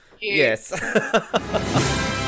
Yes